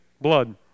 blood